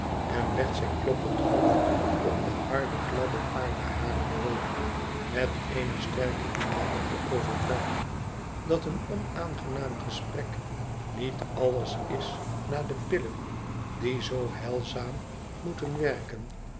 en legt zijn kloppend hoofd op de harde gladde paardenharen rol met eene sterke inwendige overtuiging dat een onaangenaam gesprek niet alles is na de pillen die zoo heilzaam moeten werken